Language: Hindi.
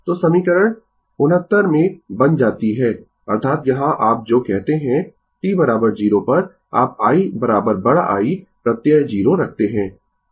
तो समीकरण 69 में बन जाती है अर्थात यहां आप जो कहते है t 0 पर आप i बड़ा I प्रत्यय 0 रखते है